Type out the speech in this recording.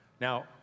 Now